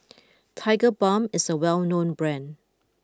Tigerbalm is a well known brand